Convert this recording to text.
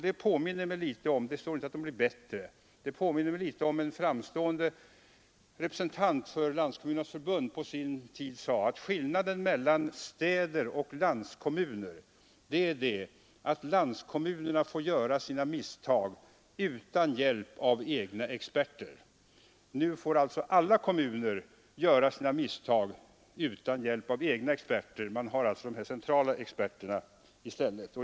Det påminner mig litet om en framstående representant för Landskommunernas förbund som på sin tid sade att skillnaden mellan städer och landskommuner är att landskommunerna får göra sina misstag utan hjälp av egna experter. Nu får alltså alla kommuner göra sina misstag utan hjälp av egna experter. Man får alltså de här centrala experterna i stället.